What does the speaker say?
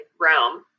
realm